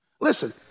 Listen